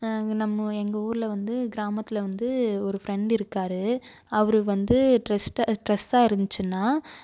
அங்கே நம்ம எங்கள் ஊரில் வந்து கிராமத்தில் வந்து ஒரு ஃப்ரெண்டு இருக்கார் அவரு வந்து ஸ்ட்ரெஸாக இருந்துச்சுன்னா